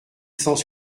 cent